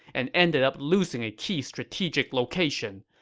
and ended up losing a key strategic location.